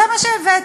זה מה שהבאת,